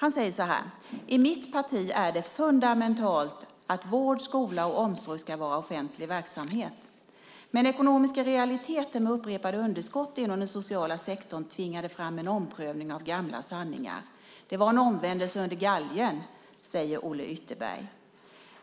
Han säger så här: I mitt parti är det fundamentalt att vård, skola och omsorg ska vara offentlig verksamhet. Men ekonomiska realiteter med upprepade underskott inom den sociala sektorn tvingade fram en omprövning av gamla sanningar. Det var en omvändelse under galgen, säger Olle Ytterberg.